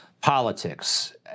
Politics